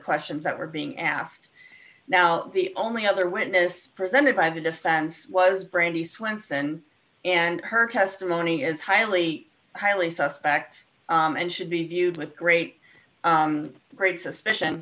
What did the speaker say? questions that were being asked now the only other witness presented by the defense was brandy swenson and her testimony is highly highly suspect and should be viewed with great great suspicion